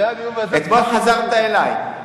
אתמול אני חזרתי, אתמול חזרת אלי.